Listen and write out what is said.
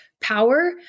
power